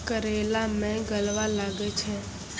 करेला मैं गलवा लागे छ?